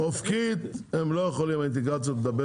אופקית הם לא יכולים האינטגרציות לדבר